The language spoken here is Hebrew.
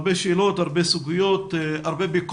יש הרבה שאלות, הרבה סוגיות, הרבה ביקורת.